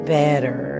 better